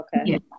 okay